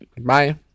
Bye